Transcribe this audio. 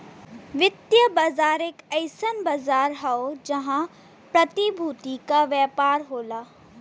वित्तीय बाजार एक अइसन बाजार हौ जहां प्रतिभूति क व्यापार होला